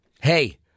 Hey